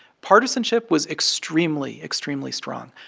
partisanship was extremely, extremely strong.